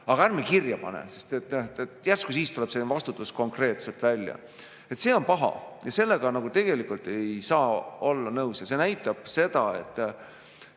aga ärme seda kirja paneme, sest järsku siis tuleb see vastutus konkreetselt välja. See on paha ja sellega tegelikult ei saa olla nõus. See näitab seda, et